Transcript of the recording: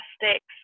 plastics